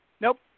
Nope